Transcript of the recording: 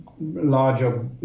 larger